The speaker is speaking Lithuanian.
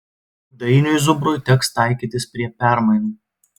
dainiui zubrui teks taikytis prie permainų